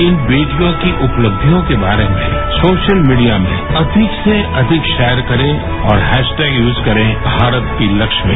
इन बेटियों की उपलब्धियों के बारे में सोशल मीडिया में अधिक से अधिक शेयर करें और हैशटैग यूज करें भारत की लक्ष्मी